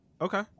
okay